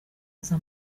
aza